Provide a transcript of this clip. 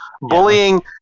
Bullying